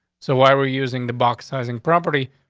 so why were using the box sizing property?